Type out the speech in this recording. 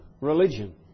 religion